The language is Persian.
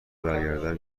برگردم